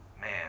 man